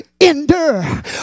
endure